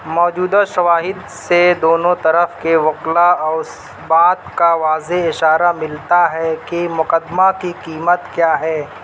موجودہ شواہد سے دونوں طرف کے وکلا اس بات کا واضح اشارہ ملتا ہے کہ مقدمہ کی قیمت کیا ہے